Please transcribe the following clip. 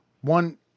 one